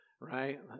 right